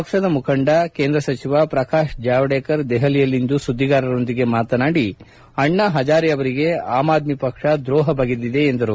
ಪಕ್ಲದ ಮುಖಂಡ ಕೇಂದ್ರ ಸಚಿವ ಪ್ರಕಾಶ್ ಜಾವಡೇಕರ್ ದೆಹಲಿಯಲ್ಲಿಂದು ಸುಧ್ಗಗಾರರೊಂದಿಗೆ ಮಾತನಾಡಿ ಅಣ್ಣಾ ಹಜಾರೆ ಅವರಿಗೆ ಅಮ್ ಆದ್ಲಿ ಪಕ್ಷ ದ್ರೋಪ ಬಗೆದಿದೆ ಎಂದು ದೂರಿದರು